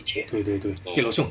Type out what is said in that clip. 对对对 eh 老兄